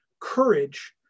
Courage